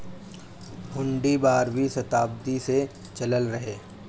हुन्डी बारहवीं सताब्दी से चलल रहे